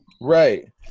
Right